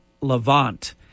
Levant